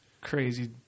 crazy